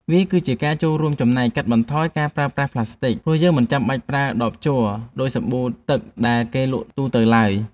វាគឺជាការចូលរួមចំណែកកាត់បន្ថយការប្រើប្រាស់ប្លាស្ទិក ព្រោះយើងមិនចាំបាច់ប្រើដបជ័រដូចសាប៊ូទឹកដែលគេលក់ទូទៅឡើយ។